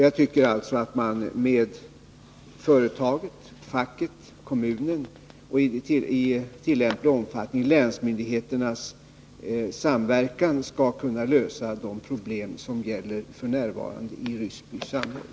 Jag tycker alltså att man med företagets, fackets, kommunens och i tillämplig omfattning länsmyndigheternas samverkan skall kunna lösa de problem som f.n. finns i Ryssby samhälle.